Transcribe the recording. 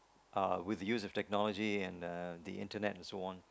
uh with use of technology and the the internet as one